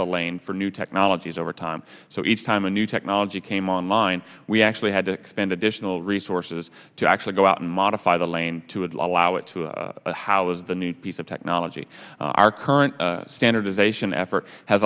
the lane for new technologies over time so each time a new technology came online we actually had to expend additional resources to actually go out and modify the lane to allow it to how is the need piece of technology our current standardization effort has